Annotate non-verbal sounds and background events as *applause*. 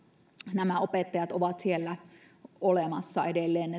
nämä opettajat ovat siellä edelleen *unintelligible*